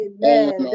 Amen